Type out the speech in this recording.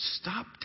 stop